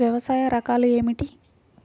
వ్యవసాయ రకాలు ఏమిటి?